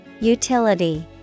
Utility